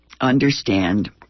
understand